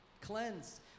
Cleanse